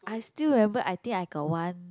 I still remember I think I got one